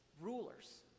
rulers